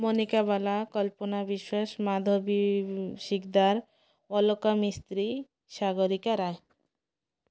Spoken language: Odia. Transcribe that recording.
ମୋନିକା ବାଲା କଳ୍ପନା ବିଶ୍ଵାସ ମାଧବୀ ଶିଗଦାର ଅଲକା ମିସ୍ତ୍ରୀ ସାଗରିକା ରାଏ